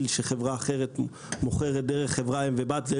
שחברה אחרת מוכרת דרך חברת אם או בת.